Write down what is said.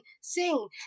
sing